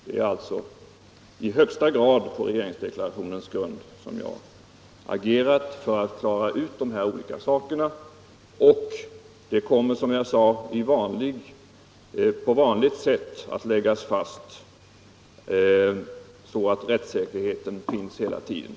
Det är alltså i högsta grad på regeringsdeklarationens grund som jag har agerat för all klara ut dessa olika saker. Som jag sade förut kommer det på vanligt sätt att läggas fast vad som skall ske, så att rättssäkerheten garanteras.